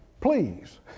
please